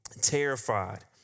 terrified